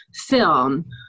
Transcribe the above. film